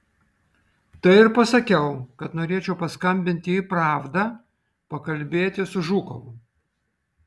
tai ir pasakiau kad norėčiau paskambinti į pravdą pakalbėti su žukovu